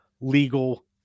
legal